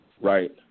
right